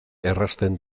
errazten